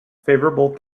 favorable